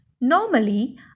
Normally